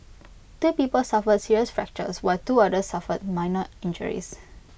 two people suffered serious fractures while two others suffered minor injuries